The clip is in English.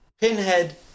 pinhead